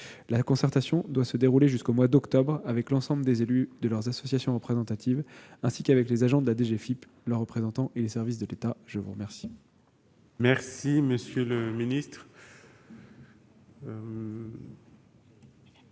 La concertation doit se dérouler jusqu'au mois d'octobre avec l'ensemble des élus, de leurs associations représentatives ainsi qu'avec les agents de la DGFiP, leurs représentants et les services de l'État. La parole est à Mme Céline